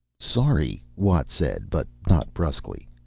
sorry, watt said, but not, bruskly.